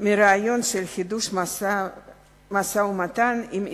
מהרעיון של חידוש משא-ומתן עם ישראל.